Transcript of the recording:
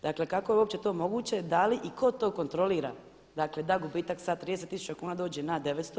Dakle, kako je uopće to moguće, da li i ko to kontrolira dakle da gubitak sa 30 tisuća kuna dođe na 900?